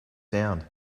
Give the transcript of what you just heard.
sound